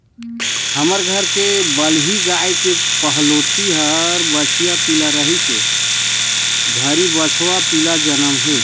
हमर घर के बलही गाय के पहलोठि हर बछिया पिला रहिस ए घरी बछवा पिला जनम हे